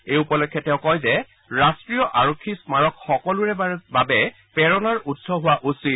এই উপলক্ষে তেওঁ কয় যে ৰাষ্টীয় আৰক্ষী স্মাৰক সকলোৰে বাবে প্ৰেৰণাৰ উৎস হোৱা উচিত